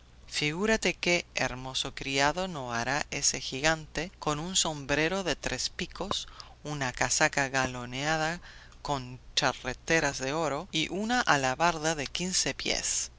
figúrate qué hermoso criado no hará ese gigante con un sombrero de tres picos una casaca galoneada con charreteras de oro y una alabarda de quince pies